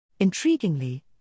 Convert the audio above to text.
Intriguingly